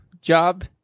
job